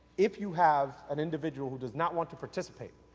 if you have an individual who does not want to participate,